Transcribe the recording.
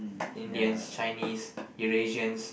Indians Chinese Eurasians